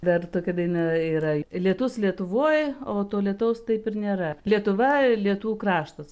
dar tokia daina yra lietus lietuvoj o to lietaus taip ir nėra lietuva lietų kraštas